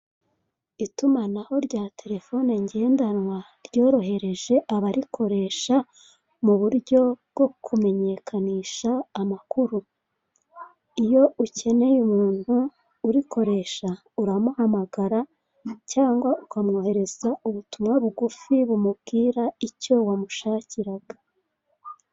Itumanahao rya telefone ngendanwa ryorohereje abarikoresha mu buryo bwo kumenyekanisha amakuru. Iyo ukeneye umuntu urikoresha uramuhamagara cyangwa ukamwandikira ubutumwa bu8gufi, bumubwira icyo wamushakiraga.